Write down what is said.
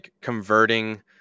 converting